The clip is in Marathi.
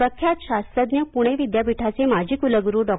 प्रख्यात शास्त्रज्ञ पुणे विद्यापीठाचे माजी कुलगुरू डॉ